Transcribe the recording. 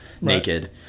naked